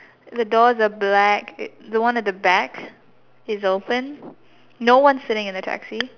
the door the black the one at the back is open no one's sitting in the taxi